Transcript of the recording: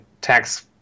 tax